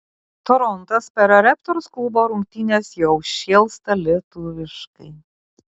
torontas per raptors klubo rungtynes jau šėlsta lietuviškai